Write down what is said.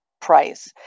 price